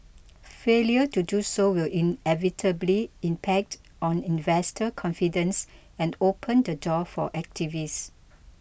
failure to do so will inevitably impact on investor confidence and open the door for activists